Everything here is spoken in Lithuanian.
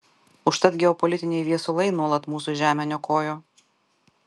užtat geopolitiniai viesulai nuolat mūsų žemę niokojo